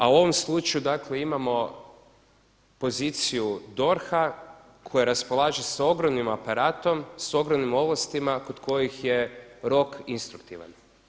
A u ovom slučaju dakle imamo poziciju DORH-a koji raspolaže sa ogromnim aparatom, sa ogromnim ovlastima kod kojih je rok instruktivan.